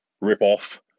rip-off